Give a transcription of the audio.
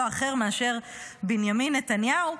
לא אחר מאשר בנימין נתניהו,